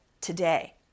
today